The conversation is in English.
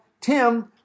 Tim